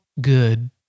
good